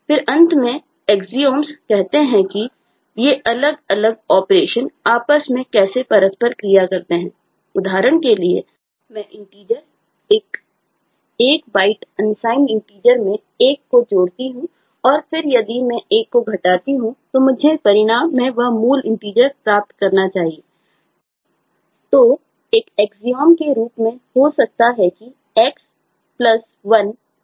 फिर अंत में स्वयंसिद्धएक्सिओम्स के उपयोग से 0 हो जाएगा